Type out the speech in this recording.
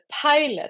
pilot